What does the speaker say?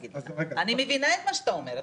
אני מבינה את מה שאתה אומר,